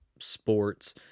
sports